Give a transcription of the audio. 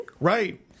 Right